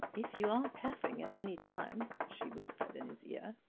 if you are passing at any time she whispered in his ear.